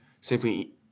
simply